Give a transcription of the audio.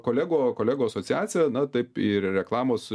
kolegų kolegų asociacija na taip ir reklamos